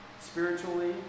spiritually